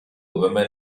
woman